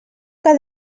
que